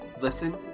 Listen